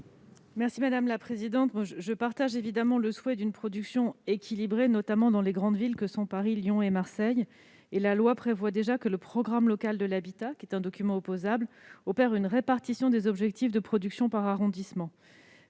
l'avis du Gouvernement ? Je partage évidemment le souhait d'une production équilibrée, notamment dans des grandes villes comme Paris, Lyon et Marseille. Toutefois, la loi prévoit déjà que le programme local de l'habitat, qui est un document opposable, opère une répartition des objectifs de production par arrondissement.